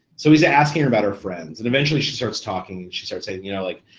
so he's asking her about her friends and eventually she starts talking, she starts saying you know, like,